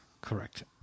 Correct